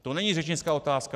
To není řečnická otázka.